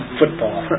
football